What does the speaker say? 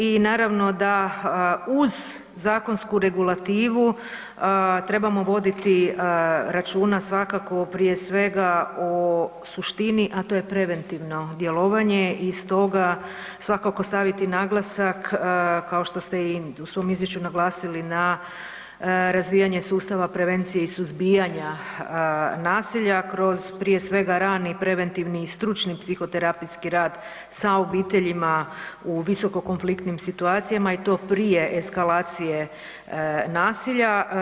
I naravno da uz zakonsku regulativu trebamo voditi računa svakako prije svega, o suštini, a to je preventivno djelovanje i stoga, svakako staviti naglasak kao što ste i u svom izvješću naglasili, na razvijanje sustava prevencije i suzbijanja nasilja kroz, prije svega rani preventivni i stručni psihoterapijski rad sa obiteljima u visokokonfliktnim situacijama i to prije eskalacije nasilja.